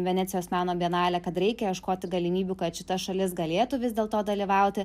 venecijos meno bienalę kad reikia ieškoti galimybių kad šita šalis galėtų vis dėlto dalyvauti